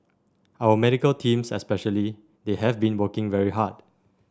our medical teams especially they have been working very hard